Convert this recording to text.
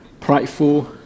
prideful